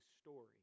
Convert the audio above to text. story